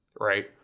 Right